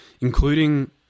including